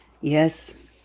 Yes